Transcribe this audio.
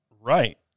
Right